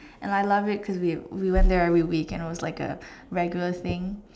and I love it cause we we went there every week and it was like a regular thing